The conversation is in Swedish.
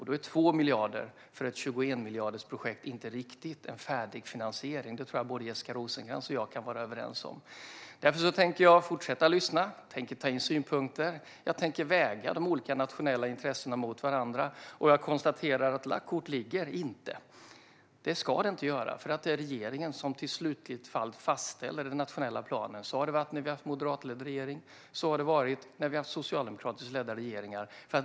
Då är 2 miljarder för ett 21-miljardersprojekt inte riktigt en färdig finansiering. Det tror jag att Jessica Rosencrantz och jag kan vara överens om. Därför tänker jag fortsätta att lyssna. Jag tänker ta in synpunkter. Jag tänker väga de olika nationella intressena mot varandra. Jag konstaterar: Lagt kort ligger inte. Det ska det inte göra, för det är regeringen som slutligen fastställer den nationella planen. Så har det varit när vi har haft moderatledda regeringar. Så har det varit när vi har haft socialdemokratiskt ledda regeringar.